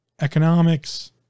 economics